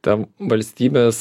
ten valstybės